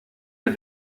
les